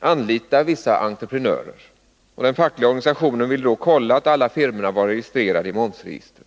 anlita vissa entreprenörer. Den fackliga organisationen ville då kolla att alla firmorna var registrerade i momsregistret.